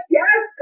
yes